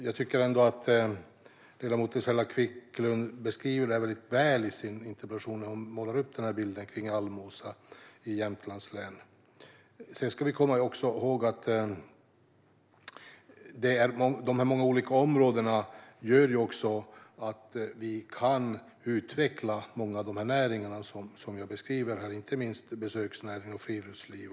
Jag tycker att ledamoten Saila Quicklund beskriver detta mycket väl i sin interpellation, där hon målar upp bilden av Almåsa i Jämtlands län. De många olika områdena gör ju också att vi kan utveckla de olika näringar som jag beskriver, inte minst besöksnäring och friluftsliv.